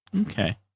Okay